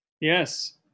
yes